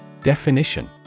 Definition